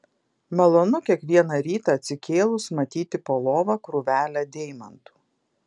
malonu kiekvieną rytą atsikėlus matyti po lova krūvelę deimantų